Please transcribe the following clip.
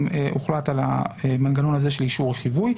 הוחלט על המנגנון הזה של אישור או חיווי.